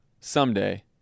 someday